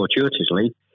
fortuitously